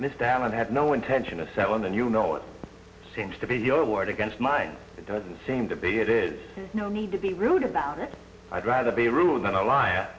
mr allen had no intention of selling and you know it seems to be your word against mine it doesn't seem to be it is no need to be rude about it i'd rather be ruined than a liar